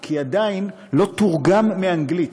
כי עדיין לא תורגם מאנגלית.